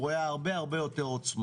והוא היה הרבה יותר עוצמתי.